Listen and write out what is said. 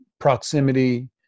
Proximity